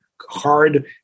hard